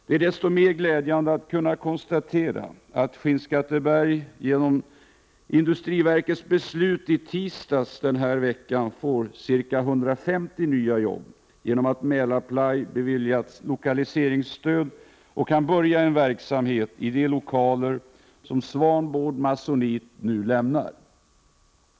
Det är desto mer glädjande att kunna konstatera att Skinnskatteberg, genom industriverkets beslut på tisdagen i denna vecka, får ca 150 nya jobb då Mälarply beviljats lokaliseringsstöd och kan börja en verksamhet i de lokaler som Swanboard Masonite AB nu lämnar.